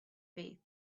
faith